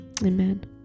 amen